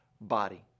body